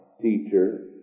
teacher